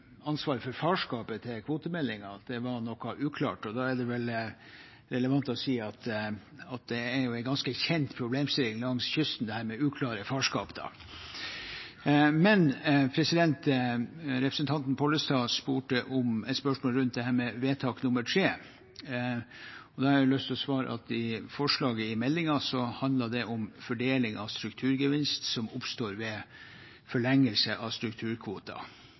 at det var noe uklart. Da er det vel relevant å si at dette med uklare farskap er en ganske kjent problemstilling langs kysten! Representanten Pollestad hadde et spørsmål om vedtak III. Da har jeg lyst til å svare at i forslaget i meldingen handlet det om fordeling av strukturgevinst som oppstår ved forlengelse av strukturkvoter.